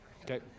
okay